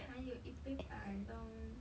还有一杯 bandung